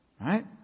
right